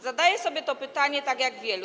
Zadaję sobie to pytanie, tak jak wielu.